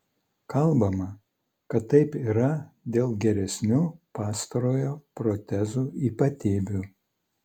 kalbama kad taip yra dėl geresnių pastarojo protezų ypatybių